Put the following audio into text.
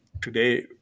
today